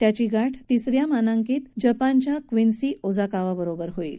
त्यांची गाठ तिसऱ्या मानांकित जपानच्या क्विन्सी ओकाजावा बरोबर होईल